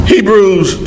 Hebrews